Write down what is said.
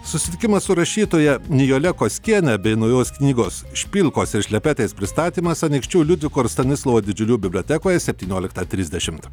susitikimas su rašytoja nijole koskienė bei naujos knygos špilkos ir šlepetės pristatymas anykščių liudviko ir stanislovo didžiulių bibliotekoje septynioliktą trisdešimt